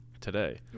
today